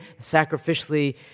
sacrificially